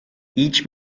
each